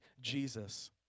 Jesus